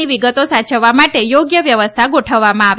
ની વિગતો સાયવવા માટે થોગ્ય વ્યવસ્થા ગોઠવવામાં આવે